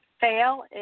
fail